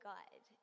God